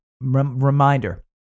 reminder